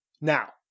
now